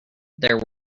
there